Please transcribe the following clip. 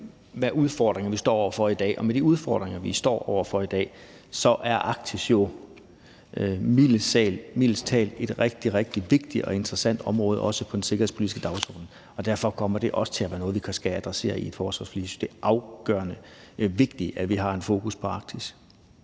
hvilke udfordringer vi står over for i dag. Og med de udfordringer, vi står over for i dag, er Arktis jo mildest talt et rigtig, rigtig vigtigt og interessant område også på den sikkerhedspolitiske dagsorden, og derfor kommer det også til at være noget, vi skal adressere i et forsvarsforlig. Jeg synes, det er afgørende vigtigt, at vi har en fokus på Arktis.